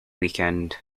weekend